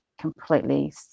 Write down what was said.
completely